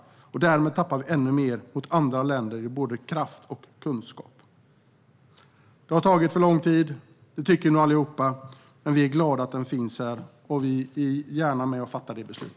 Därmed skulle Sverige tappa ännu mer mot andra länder i kraft och kunskap. Det har tagit för lång tid; det tycker vi nog allihop. Men vi är glada att förslaget finns här, och vi är gärna med och fattar detta beslut.